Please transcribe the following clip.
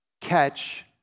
catch